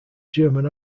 german